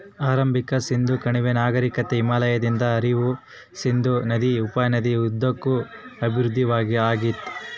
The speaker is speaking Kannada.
ಆರಂಭಿಕ ಸಿಂಧೂ ಕಣಿವೆ ನಾಗರಿಕತೆ ಹಿಮಾಲಯದಿಂದ ಹರಿಯುವ ಸಿಂಧೂ ನದಿ ಉಪನದಿ ಉದ್ದಕ್ಕೂ ಅಭಿವೃದ್ಧಿಆಗಿತ್ತು